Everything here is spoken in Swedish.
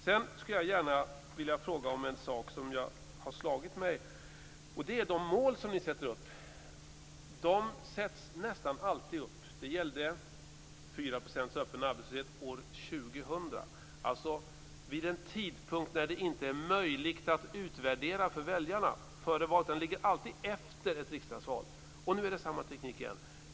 Jag skulle gärna vilja fråga om en sak som har slagit mig. Det gäller de mål som ni sätter upp. De sätts nästan alltid upp - det gällde 4 % öppen arbetslöshet år 2000 - vid en tidpunkt när det inte är möjligt för väljarna att utvärdera det före valet. Det ligger alltid efter ett riksdagsval. Nu är det samma teknik igen.